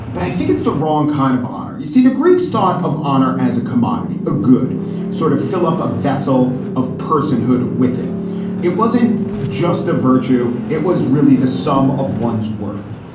but i think it's the wrong kind of honor. you see, the greeks thought of honor as a commodity, a good sort of fill up a vessel of personhood with it. it wasn't just a virtue. it was really the sum of one's worth,